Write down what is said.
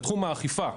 בתחום האכיפה,